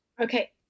Okay